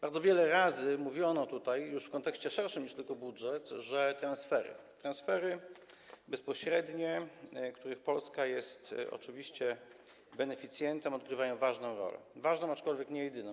Bardzo wiele razy mówiono tutaj, już w kontekście szerszym niż tylko w kontekście budżetu, że transfery bezpośrednie, których Polska jest oczywiście beneficjentem, odgrywają ważną rolę, ważną, aczkolwiek nie jedyną.